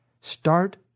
Start